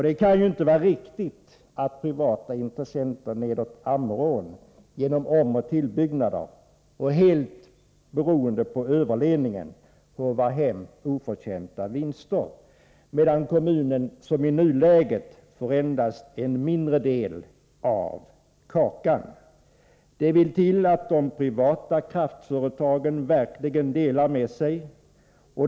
Det kan ju inte vara riktigt att privata intressenter nedåt Ammerån genom omoch tillbyggnader — och helt beroende på överledningen — håvar hem oförtjänta vinster, medan kommunen, som i nuläget, endast får en mindre del av kakan. Det vill till att de privata kraftföretagen verkligen delar med sig.